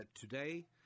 Today